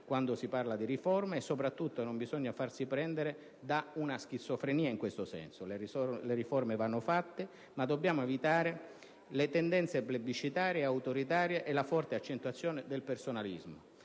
quando si parla di riforme e soprattutto non bisogna farsi prendere da una schizofrenia in questo senso. Le riforme vanno fatte, ma dobbiamo evitare, come dice il presidente Colombo «le tendenze plebiscitarie, autoritarie, e la forte accentuazione del personalismo».